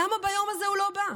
למה ביום הזה הוא לא בא?